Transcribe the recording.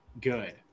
good